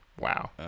Wow